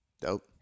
Dope